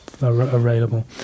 available